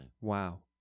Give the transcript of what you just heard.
Wow